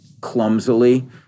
clumsily